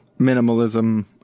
minimalism